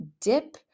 dip